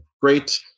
great